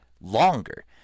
longer